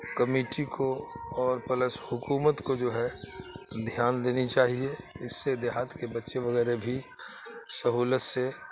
committee کو اور police حکومت کو جو ہے دھیان دینی چاہیے اس سے دیہات کے بچے وغیرہ بھی سہولت سے